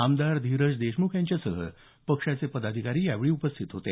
आमदार धीरज देशमुख यांच्यासह पक्षाचे पदाधिकारी यावेळी उपस्थित होते